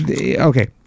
okay